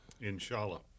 Inshallah